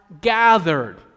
gathered